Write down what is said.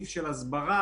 ועידה: